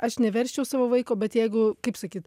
aš neversčiau savo vaiko bet jeigu kaip sakyt